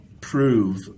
prove